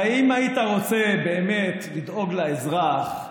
הרי אם היית רוצה באמת לדאוג לאזרח,